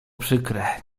przykre